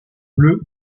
bleue